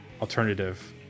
Alternative